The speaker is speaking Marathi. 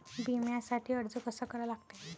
बिम्यासाठी अर्ज कसा करा लागते?